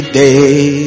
day